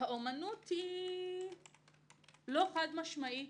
האומנות היא לא חד-משמעית.